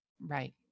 Right